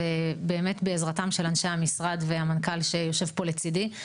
ובעזרתם של אנשי המשרד והמנכ"ל שיושב פה לצידי,